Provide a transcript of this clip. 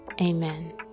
amen